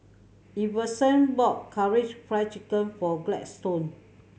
Iverson bought Karaage Fried Chicken for Gladstone